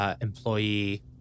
employee